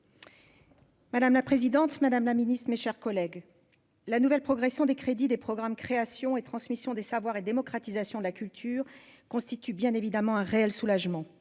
Madame la présidente, Madame la Ministre, mes chers collègues, la nouvelle progression des crédits des programmes Création et transmission des savoirs et démocratisation de la culture constitue bien évidemment un réel soulagement